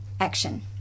action